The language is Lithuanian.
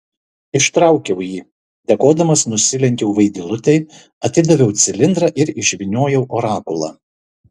ištraukiau jį dėkodamas nusilenkiau vaidilutei atidaviau cilindrą ir išvyniojau orakulą